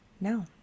no